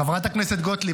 חברת הכנסת גוטליב,